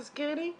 תזכירי לי.